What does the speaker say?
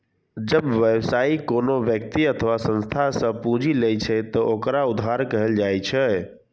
जब व्यवसायी कोनो व्यक्ति अथवा संस्था सं पूंजी लै छै, ते ओकरा उधार कहल जाइ छै